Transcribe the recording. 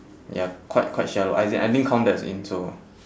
ya quite quite shallow as in I didn't count that in so